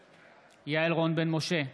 בעד יעל רון בן משה,